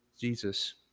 Jesus